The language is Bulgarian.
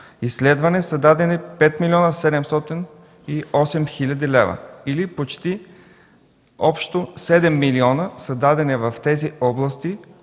изследване” са дадени 5 млн. 708 хил. лв., или почти общо 7 милиона са дадени в тези области